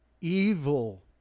evil